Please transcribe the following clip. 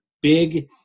big